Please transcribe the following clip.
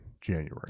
January